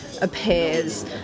appears